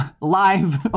live